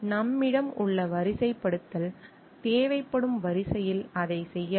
நம்மிடம் உள்ள வரிசைப்படுத்தல் தேவைப்படும் வரிசையில் அதைச் செய்யலாம்